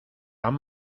han